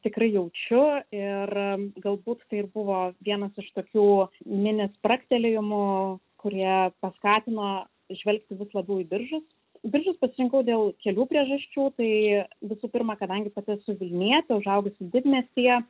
tikrai jaučiu ir galbūt tai ir buvo vienas iš tokių mini spragtelėjimų kurie paskatino žvelgti vis labiau į biržus biržus pasirinkau dėl kelių priežasčių tai visų pirma kadangi pati esu vilnietė užaugusi didmiestyje